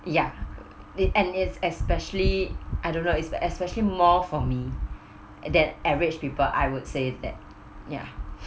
ya it and it's especially I don't know is especially more for me that average people I would say that ya